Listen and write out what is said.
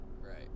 Right